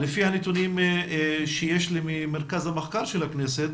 לפי הנתונים שיש לי ממרכז המחקר של הכנסת